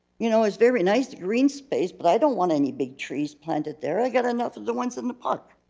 you know it's very nice green space, but i don't want any big trees planted there. i got enough of the ones in the park.